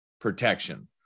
protection